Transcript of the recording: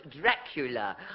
Dracula